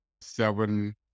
seven